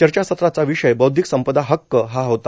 चर्चासत्राचा विषय बौद्विक संपदा हक्क हा होता